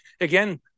again